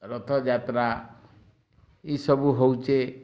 ରଥଯାତ୍ରା ଇ ସବୁ ହଉଛେ